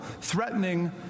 threatening